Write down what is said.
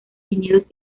viñedos